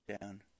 down